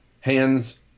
Hands